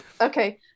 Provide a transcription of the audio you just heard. Okay